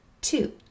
Two